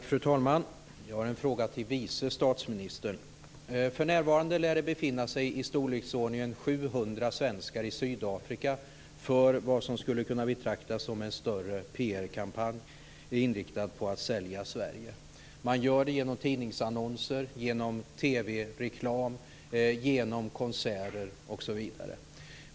Fru talman! Jag har en fråga till vice statsministern. För närvarande lär det befinna sig i storleksordningen 700 svenskar i Sydafrika för vad som skulle kunna betraktas som en större PR-kampanj, inriktad på att sälja Sverige. Man gör det genom tidningsannonser, genom TV-reklam, genom konserter, osv.